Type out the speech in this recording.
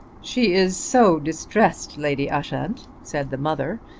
she is so distressed, lady ushant, said the mother,